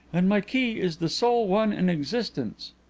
and my key is the sole one in existence.